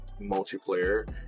multiplayer